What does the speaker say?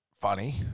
funny